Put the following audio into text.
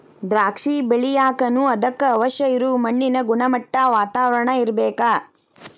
ದ್ರಾಕ್ಷಿ ಬೆಳಿಯಾಕನು ಅದಕ್ಕ ಅವಶ್ಯ ಇರು ಮಣ್ಣಿನ ಗುಣಮಟ್ಟಾ, ವಾತಾವರಣಾ ಇರ್ಬೇಕ